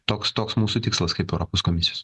toks toks mūsų tikslas kaip europos komisijos